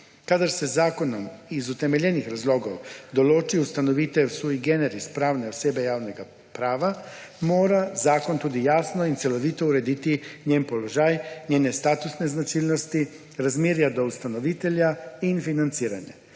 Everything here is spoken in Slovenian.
Kadar se z zakonom iz utemeljenih razlogov določi ustanovitev sui generis pravne osebe javnega prava, mora zakon tudi jasno in celovito urediti njen položaj, njene statusne značilnosti, razmerja do ustanovitelja in financiranje.